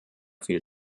viel